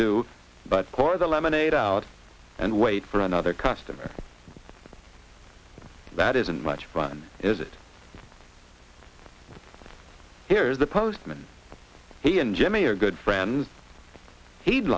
do but cor the lemonade out and wait for another customer that isn't much fun is it here's the postman he and jimmy are good friends he'd